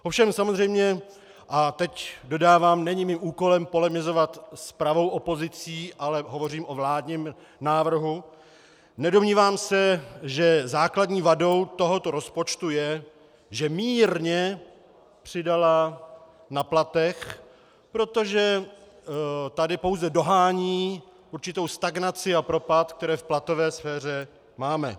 Ovšem samozřejmě a teď dodávám, není mým úkolem polemizovat s pravou opozicí, ale hovořím o vládním návrhu se nedomnívám, že základní vadou tohoto rozpočtu je, že mírně přidala na platech, protože tady pouze dohání určitou stagnaci a propad, které v platové sféře máme.